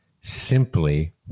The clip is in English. simply